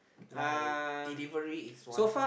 like delivery is once ah